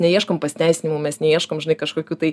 neieškom pasiteisinimų mes neieškom kažkokių tai